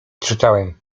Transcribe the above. czytałem